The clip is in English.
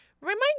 Remind